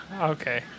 Okay